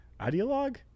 Ideologue